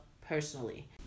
personally